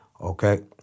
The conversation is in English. okay